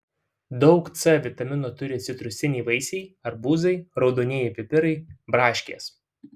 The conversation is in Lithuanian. daug c vitamino turi citrusiniai vaisiai arbūzai raudonieji pipirai braškės